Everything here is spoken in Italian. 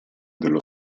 dello